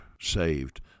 saved